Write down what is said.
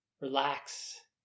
relax